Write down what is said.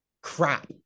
crap